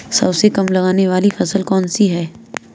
सबसे कम लागत वाली फसल कौन सी है?